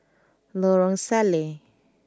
Lorong Salleh